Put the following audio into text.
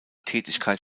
tätigkeit